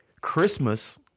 Christmas